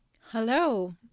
Hello